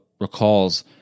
recalls